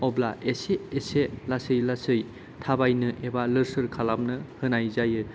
अब्ला एसे एसे लासै लासै थाबायनो एबा लोरसोर खालामनो होनाय जायो